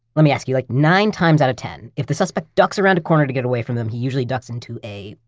let me ask you like nine times out of ten, if the suspect ducks around a corner to get away from them, he usually ducks into a,